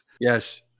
Yes